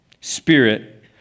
Spirit